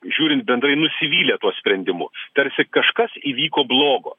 žiūrint bendrai nusivylę tuo sprendimu tarsi kažkas įvyko blogo